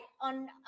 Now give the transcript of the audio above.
on